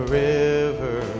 river